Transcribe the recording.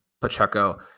Pacheco